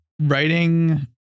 writing